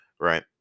Right